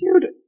Dude